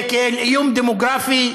כאל איום דמוגרפי,